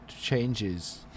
changes